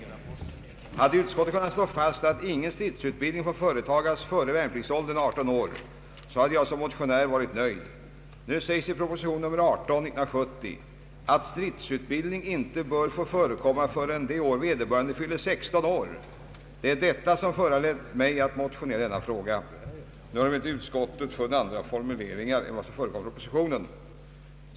Om utskottet dessutom hade kunnat slå fast att ingen stridsutbildning får företagas före värnpliktsåldern, 18 år, hade jag som motionär varit nöjd. Nu sägs 1 propositionen 18 år 1970 ”att stridsutbildning inte bör få förekomma förrän det år vederbörande fyller 16 år”. Det är detta som föranlett mig att motionera i frågan. Nu har emellertid utskottet gjort en annan formulering än den som förekommer i propositionen.